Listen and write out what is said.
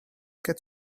get